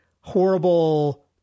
horrible